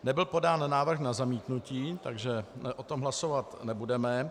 Nebyl podán návrh na zamítnutí, takže o tom hlasovat nebudeme.